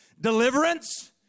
deliverance